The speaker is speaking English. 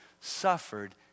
suffered